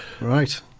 Right